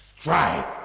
strike